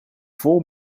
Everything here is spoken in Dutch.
vol